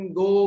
go